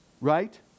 right